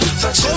touch